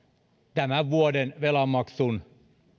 tämän vuoden velanmaksun